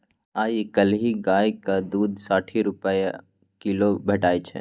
आइ काल्हि गायक दुध साठि रुपा किलो भेटै छै